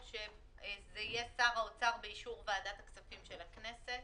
שזה יהיה "שר האוצר" באישור "וועדת הכספים של הכנסת".